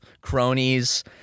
cronies